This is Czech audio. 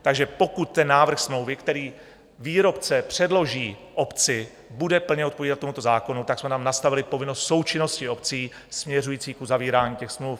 Takže pokud návrh smlouvy, který výrobce předloží obcí, bude plně odpovídat tomuto zákonu, tak jsme tam nastavili povinnost součinnosti obcí směřující k uzavírání těch smluv.